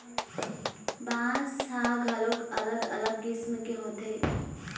बांस ह घलोक अलग अलग किसम के होथे